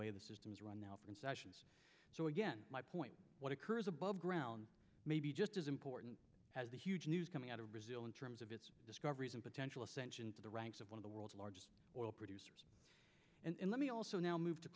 way the system is run now concessions so again my point what occurs above ground may be just as important as the huge news coming out of brazil in terms of its discoveries and potential ascension to the ranks of one of the world's largest oil producers and let me also now move to